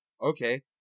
Okay